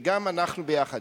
וגם אנחנו ביחד,